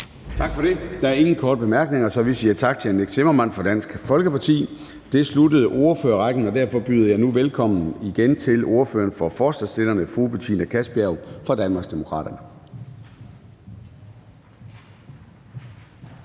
Tak for det. Der er ingen korte bemærkning til hr. Nick Zimmermann fra Dansk Folkeparti. Det afsluttede ordførerrækken, og derfor byder jeg nu igen velkommen til ordføreren for forslagsstillerne, fru Betina Kastbjerg fra Danmarksdemokraterne